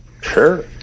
Sure